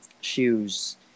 shoes